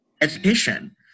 education